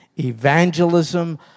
evangelism